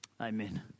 Amen